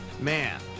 Man